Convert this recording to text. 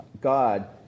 God